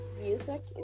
music